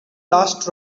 last